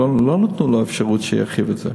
ולא נתנו לו אפשרות להרחיב את זה.